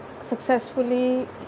successfully